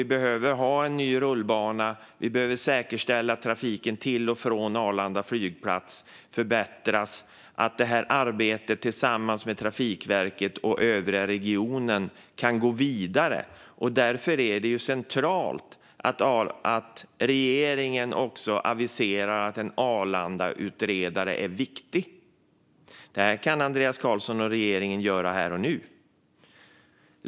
Vi behöver ha en ny rullbana. Vi behöver säkerställa att trafiken till och från Arlanda flygplats förbättras och att arbetet tillsammans med Trafikverket och övriga regionen kan gå vidare. Därför är det centralt att regeringen aviserar att en Arlandautredare är viktig. Det kan Andreas Carlson och regeringen göra här och nu.